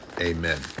Amen